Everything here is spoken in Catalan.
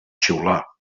xiular